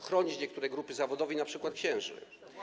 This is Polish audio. chronić niektóre grupy zawodowe, np. księży.